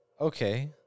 Okay